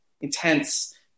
intense